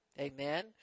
Amen